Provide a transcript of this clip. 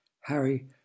Harry